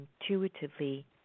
intuitively